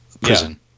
prison